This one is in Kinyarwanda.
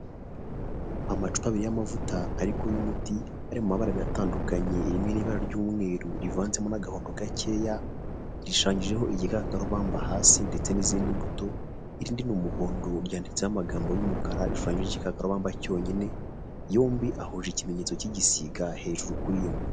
Amacupabiri y'amavuta ariko y'umuti ari mu mabara atandukanye, rimwe n'ibara ry'umweru rivanzemo n'agahodo gakeya, rishanyijeho igikakarubamba hasi ndetse n'izindi mbuto, irindi ni umuhondo ryanditseho amagambo y'umukara rishushanyijeho igikakarubamba cyonyine, yombi ahuje ikimenyetso cy'igisiga hejuru kuri yo.